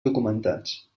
documentats